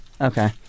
Okay